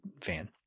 fan